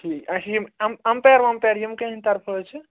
ٹھی اچھ یِم اَمپیر وَمپیر یِم کٔہنٛدِ طرفہٕ حظ چھِ